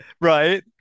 Right